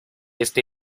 este